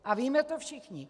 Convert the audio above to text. A víme to všichni.